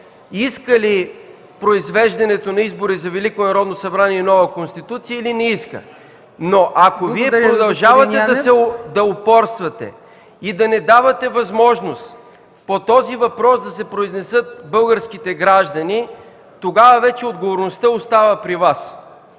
иска ли произвеждането на избори за Велико Народно събрание и нова Конституция или не иска. Но, ако Вие продължавате да упорствате и да не давате възможност по този въпрос да се произнесат българските граждани, тогава вече отговорността остава при Вас.